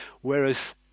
whereas